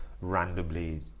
randomly